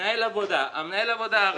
המנהל עבודה ערבי,